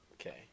Okay